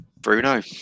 Bruno